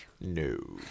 No